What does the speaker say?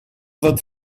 that